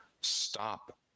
stop